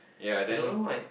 I don't know eh